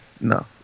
no